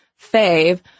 fave